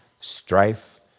strife